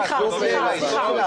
את אמרת שיש לך שאלות ולא נאום,